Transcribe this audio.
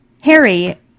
Harry